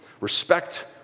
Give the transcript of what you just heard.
respect